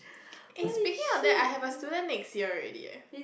eh speaking of that I have a student next year already leh